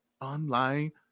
online